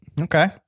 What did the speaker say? Okay